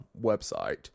website